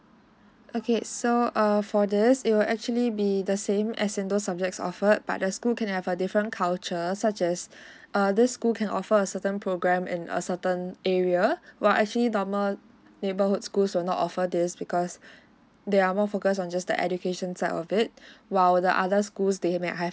okay so err for this it will actually be the same as in those subjects offered but the school can have a different cultures such as err this school can offer a certain program in a certain area while actually normal neighbourhood schools will not offer this because they are more focus on just the education side of it while the other schools they might have